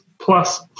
plus